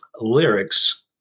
lyrics